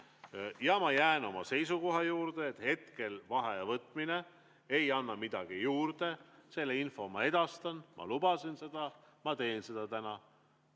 Ma jään oma seisukoha juurde, et hetkel vaheaja võtmine ei anna midagi juurde. Selle info ma edastan, ma lubasin seda. Ma teen seda täna.